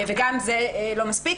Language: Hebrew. וגם זה לא מספיק.